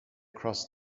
crossed